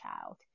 child